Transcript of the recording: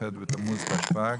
כ"ח בתמוז תשפ"ג,